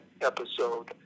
episode